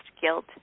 guilt